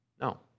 No